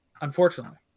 unfortunately